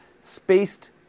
spaced